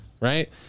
right